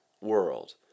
world